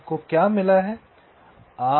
तो आपको क्या मिला है